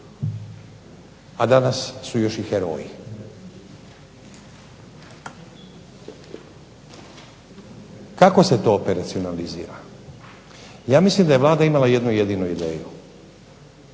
a danas su još i heroji. Kako se to operacionalizira? Ja mislim da je Vlada imala jednu jedinu ideju.